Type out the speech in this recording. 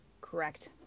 correct